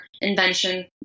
invention